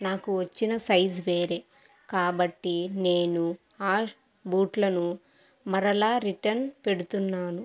నాకు వచ్చిన సైజు వేరే కాబట్టి నేను ఆ బూట్లను మరలా రిటర్న్ పెడుతున్నాను